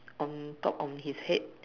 on top of his head